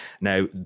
Now